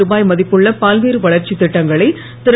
ருபாய் மதிப்புள்ள பல்வேறு வளர்ச்சித் திட்டங்களை திரு